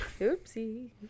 Oopsie